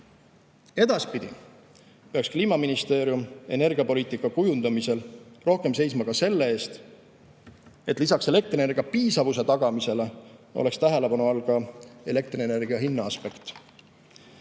Edaspidi peaks Kliimaministeerium energiapoliitika kujundamisel rohkem seisma selle eest, et lisaks elektrienergia piisavuse tagamisele oleks tähelepanu all ka elektrienergia hinna aspekt.